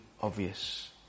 obvious